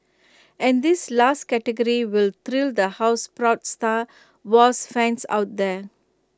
and this last category will thrill the houseproud star wars fans out there